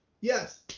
yes